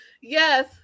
yes